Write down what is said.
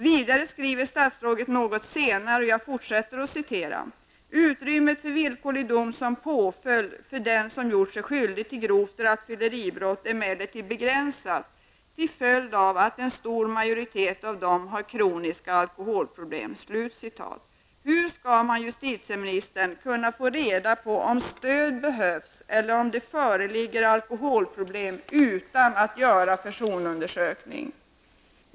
Vidare skriver statsrådet något senare: ''Utrymmet för villkorlig dom som påföljd för den som gjort sig skyldig till grovt rattfylleri är emellertid begränsat till följd av att en stor majoritet av dem har kroniska alkoholproblem.'' Hur skall man, justitieministern, kunna få reda på om stöd behövs eller om det föreligger alkoholproblem utan att göra personundersökning?